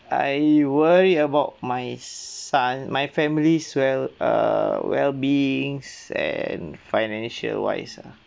I worry about my son my familys well err well-beings and financial wise lah